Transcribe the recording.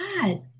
God